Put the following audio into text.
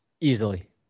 Easily